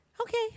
Okay